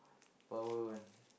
power one